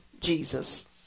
Jesus